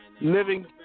living